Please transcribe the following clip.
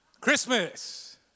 Christmas